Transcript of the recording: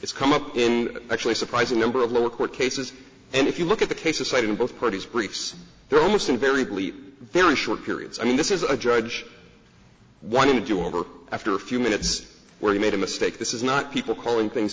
it's come up in actually surprising number of lower court cases and if you look at the cases cited in both parties briefs there are almost invariably there are short periods i mean this is a judge what you do over after a few minutes where you made a mistake this is not people calling things